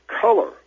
color